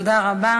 תודה רבה.